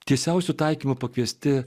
tiesiausiu taikymu pakviesti